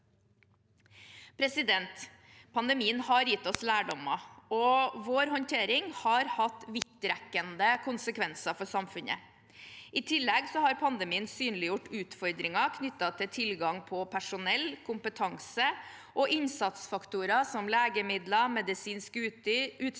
Pandemien har gitt oss lærdommer, og vår håndtering har hatt vidtrekkende konsekvenser for samfunnet. I tillegg har pandemien synliggjort utfordringer knyttet til tilgang på personell, kompetanse og innsatsfaktorer som legemidler, medisinsk utstyr og